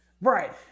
Right